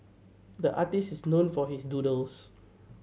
the artist is known for his doodles